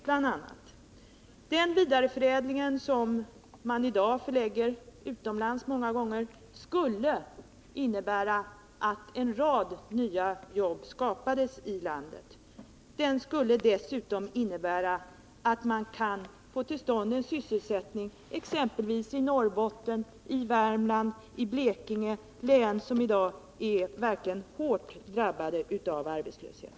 Om den vidareförädling som i dag många gånger förläggs utomlands i stället förlades inom landet skulle en rad nya jobb skapas. Det skulle dessutom innebära att vi kunde få till stånd sysselsättning i exempelvis Norrbotten, Värmland och Blekinge — län som i dag är verkligt hårt drabbade av arbetslöshet.